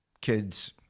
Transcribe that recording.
kids